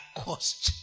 cost